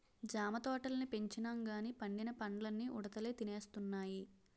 జామ తోటల్ని పెంచినంగానీ పండిన పల్లన్నీ ఉడతలే తినేస్తున్నాయి